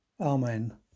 Amen